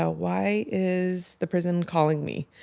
ah why is the prison calling me?